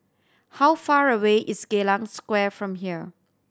how far away is Geylang Square from here